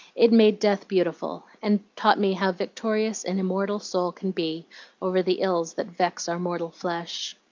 it made death beautiful, and taught me how victorious an immortal soul can be over the ills that vex our mortal flesh.